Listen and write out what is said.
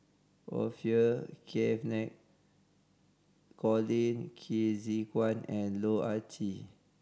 Orfeur Cavenagh Colin Qi Zhe Quan and Loh Ah Chee